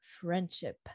friendship